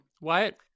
Wyatt